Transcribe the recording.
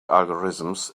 algorithms